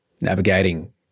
navigating